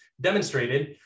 demonstrated